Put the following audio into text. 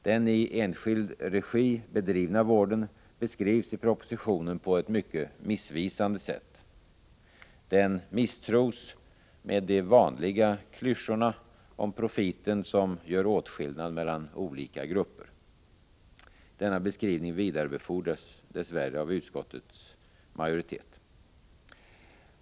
Den i enskild regi bedrivna vården beskrivs i propositionen på ett mycket missvisande sätt. Den misstros med de vanliga klyschorna om profiten som gör åtskillnad mellan olika grupper. Denna beskrivning vidarebefordras dess värre av utskottets majoritet.